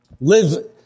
live